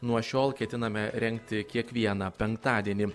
nuo šiol ketiname rengti kiekvieną penktadienį